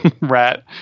rat